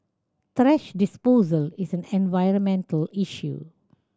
thrash disposal is an environmental issue